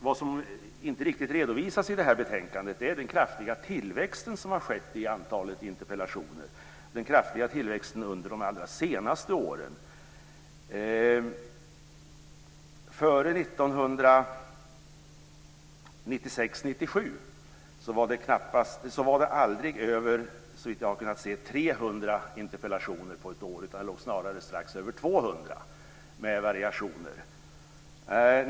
Vad som inte riktigt redovisas i detta betänkande är den kraftiga tillväxt som har skett av antalet interpellationer under de allra senaste åren. Före 1996/97 framställdes det aldrig, såvitt jag har kunnat se, mer än 300 interpellationer under ett år. Antalet var snarare strax över 200 med variationer.